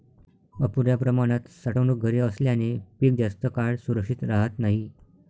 अपुर्या प्रमाणात साठवणूक घरे असल्याने पीक जास्त काळ सुरक्षित राहत नाही